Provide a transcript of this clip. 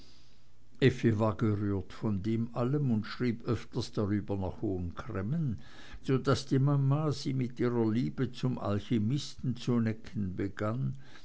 war gerührt von dem allen und schrieb öfters darüber nach hohen cremmen so daß die mama sie mit ihrer liebe zum alchimisten zu necken begann